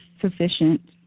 sufficient